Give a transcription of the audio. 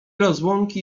rozłąki